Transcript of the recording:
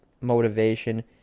motivation